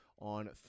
on